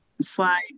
slide